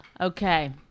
Okay